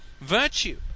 virtue